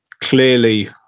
Clearly